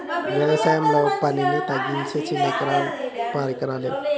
వ్యవసాయంలో పనిని తగ్గించే చిన్న పరికరాలు ఏవి?